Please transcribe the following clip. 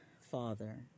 Father